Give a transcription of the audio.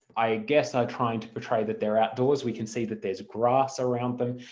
i guess are trying to portray that they're outdoors. we can see that there's grass around them,